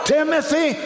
Timothy